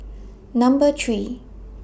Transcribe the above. Number three